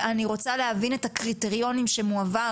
אני רוצה להבין את הקריטריונים שמועברים